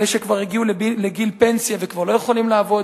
אלה שכבר הגיעו לגיל פנסיה וכבר לא יכולים לעבוד,